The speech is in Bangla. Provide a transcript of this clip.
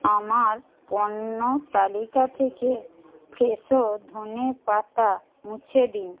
আমার পণ্য তালিকা থেকে ফ্রেশো ধনে পাতা মুছে দিন